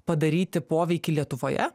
padaryti poveikį lietuvoje